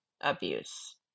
abuse